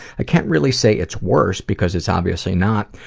i can't really say it's worse because it's obviously not,